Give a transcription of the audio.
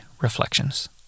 reflections